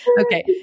Okay